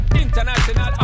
international